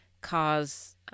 cause